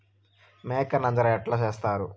మేక నంజర ఎట్లా సేస్తారు?